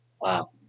Wow